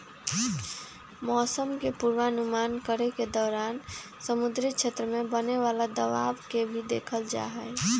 मौसम के पूर्वानुमान करे के दौरान समुद्री क्षेत्र में बने वाला दबाव के भी देखल जाहई